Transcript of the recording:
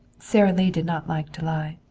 sara lee did not like to lie.